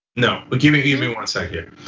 no, but give me give me one second